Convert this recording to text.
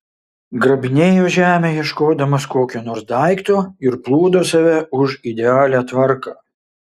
grabinėjo žemę ieškodamas kokio nors daikto ir plūdo save už idealią tvarką